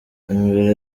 imbere